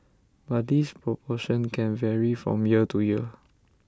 but this proportion can vary from year to year